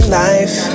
life